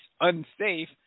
unsafe